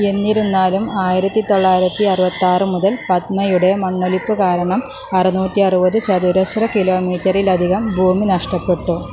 എന്നിരുന്നാലും ആയിരത്തിത്തൊള്ളായിരത്തി അറുപത്തിയാറ് മുതൽ പത്മയുടെ മണ്ണൊലിപ്പ് കാരണം അറുന്നൂറ്റി അറുപത് ചതുരശ്ര കിലോമീറ്ററിലധികം ഭൂമി നഷ്ടപ്പെട്ടു